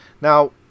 Now